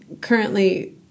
currently